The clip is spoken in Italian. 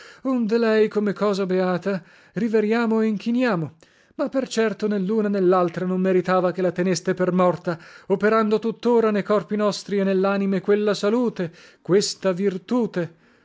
onde lei come cosa beata riveriamo e inchiniamo ma per certo né luna né laltra non meritava che la teneste per morta operando tuttora ne corpi nostri e nellanime quella salute questa virtute